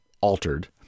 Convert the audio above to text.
altered